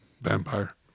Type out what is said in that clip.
Vampire